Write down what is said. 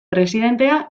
presidentea